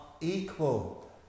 equal